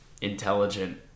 intelligent